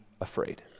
afraid